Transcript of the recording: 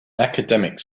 academic